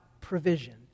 provision